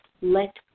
let